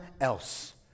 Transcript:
else